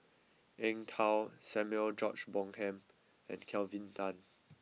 Eng Tow Samuel George Bonham and Kelvin Tan